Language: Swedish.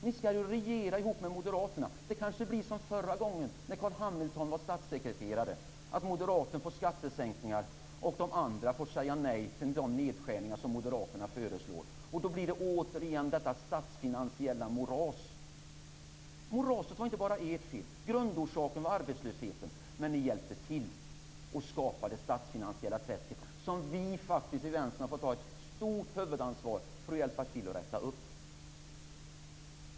Ni skall ju regera ihop med Moderaterna. Det kanske blir som förra gången när Carl Hamilton var statssekreterare, att moderaterna får igenom skattesänkningar och de andra får säga nej till de nedskärningar som Moderaterna föreslår. Då blir det återigen detta statsfinansiella moras. Moraset var inte bara ert fel. Grundorsaken var arbetslösheten. Men ni hjälpte till att skapa det statsfinansiella träsket, som vi i Vänstern faktiskt har fått ta ett stort huvudansvar för att hjälpa till att rätta till.